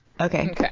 Okay